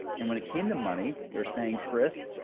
and when it came to money, they were saying, chris,